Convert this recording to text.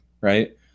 right